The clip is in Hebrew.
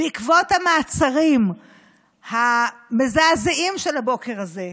בעקבות המעצרים המזעזעים של הבוקר הזה,